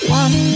one